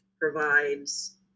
provides